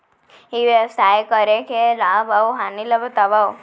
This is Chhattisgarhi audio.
ई व्यवसाय करे के लाभ अऊ हानि ला बतावव?